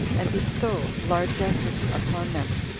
and bestow largesses upon them.